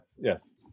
Yes